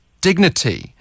dignity